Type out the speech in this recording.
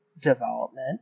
development